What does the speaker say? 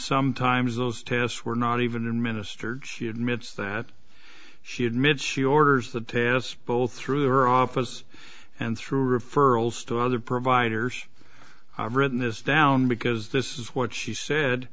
sometimes those tests were not even in minister she admits that she admitted she orders the tests both through her office and through referrals to other providers have written this down because this is what she said